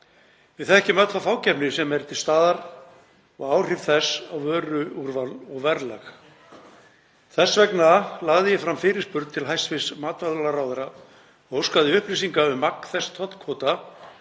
Við þekkjum öll þá fákeppni sem er til staðar og áhrif þess á vöruúrval og verðlag. Þess vegna lagði ég fram fyrirspurn til hæstv. matvælaráðherra og óskaði upplýsinga um magn þess tollkvóta